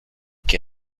que